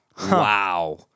Wow